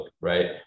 Right